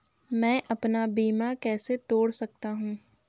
मैं अपना बीमा कैसे तोड़ सकता हूँ?